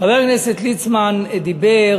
חבר הכנסת ליצמן דיבר